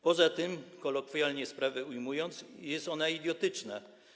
Poza tym, kolokwialnie sprawę ujmując, jest ona idiotyczna.